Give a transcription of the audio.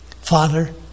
father